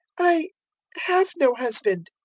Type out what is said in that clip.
i have no husband,